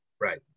right